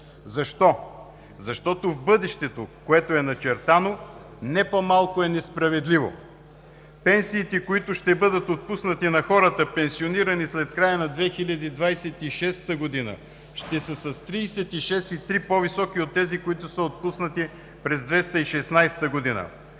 Защо? Защото в бъдещето, което е начертано, не по-малко несправедливо е пенсиите, които ще бъдат отпуснати на хората, пенсионирани след края на 2026 г., ще са с 36,3% по-високи от тези, които са отпуснати през 2016 г.